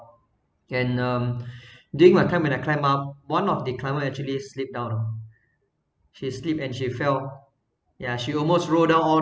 can um during my time when I climb up one of the climber actually slipped down she slipped and she fell yeah she almost rolled down